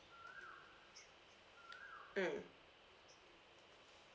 mm